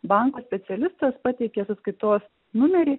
banko specialistas pateikia sąskaitos numerį